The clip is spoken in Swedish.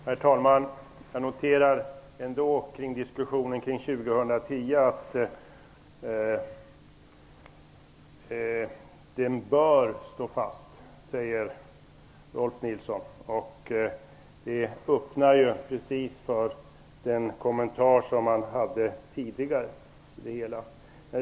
Herr talman! Jag noterar ändå i diskussionen om 2010 som avvecklingsår att Rolf L Nilson säger att ''det bör stå fast''. Det öppnar just för den kommentar som tidigare gjorts.